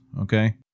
Okay